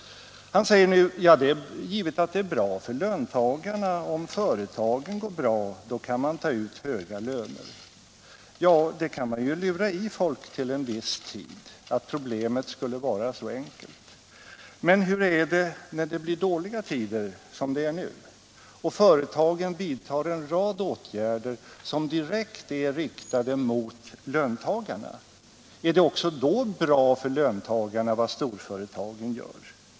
Han säger nu: Det är givet att det är bra för löntagarna att företagen går bra, för då kan de ta ut höga löner. Ja, man kan möjligen till en viss tid lura i folk att problemet skulle vara så enkelt. Men hur är det när det blir dåliga tider, som det är nu, och företagen vidtar en rad åtgärder som direkt är riktade mot löntagarna? Är det också då bra för löntagarna vad storföretagen gör?